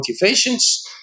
motivations